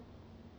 hmm